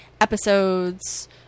episodes